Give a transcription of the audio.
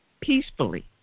peacefully